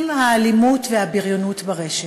עם האלימות והבריונות ברשת.